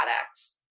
products